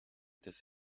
this